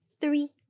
three